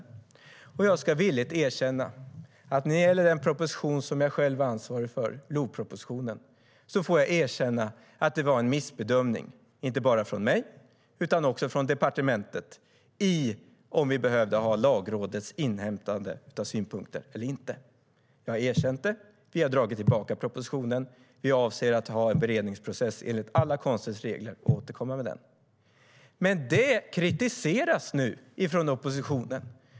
När det gäller den proposition som jag själv är ansvarig för, LOV-propositionen, erkänner jag villigt att det gjordes en missbedömning, inte bara av mig utan också av departementet, i frågan om vi behövde inhämta Lagrådets synpunkter eller inte. Jag har erkänt det, och vi har dragit tillbaka propositionen. Vi avser att återkomma med en beredningsprocess enligt alla konstens regler. Men detta kritiseras nu från oppositionen.